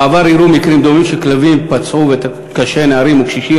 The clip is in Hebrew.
בעבר אירעו מקרים דומים שכלבים פצעו קשה נערים וקשישים.